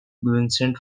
vincent